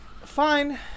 Fine